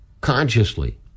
consciously